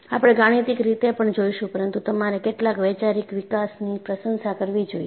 આપણે ગાણિતીક રીતે પણ જોઈશું પરંતુ તમારે કેટલાક વૈચારિક વિકાસની પ્રશંસા કરવી જોઈએ